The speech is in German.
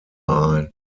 ein